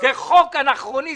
זה חוק אנכרוניסטי,